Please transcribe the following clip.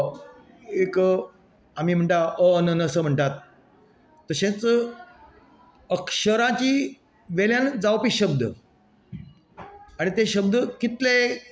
एक आमी म्हणटा अ अननस म्हणटात तशेंच अक्षरांची वेल्यान जावपी शब्द आनी तें शब्द कितलें